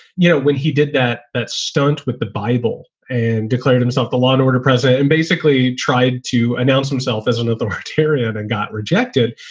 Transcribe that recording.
you know, when he did that, that stunt with the bible and declared himself the law and order president and basically tried to announce himself as an authoritarian and got rejected.